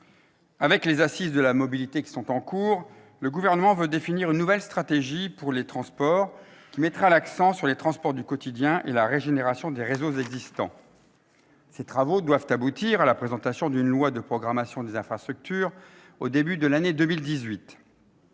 Avec les assises de la mobilité qui sont en cours, le Gouvernement veut définir une nouvelle stratégie pour les transports, qui mettra l'accent sur les transports du quotidien et la régénération des réseaux existants. Ces travaux doivent aboutir à la présentation d'une loi de programmation des infrastructures au début de l'année 2018.